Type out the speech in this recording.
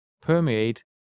permeate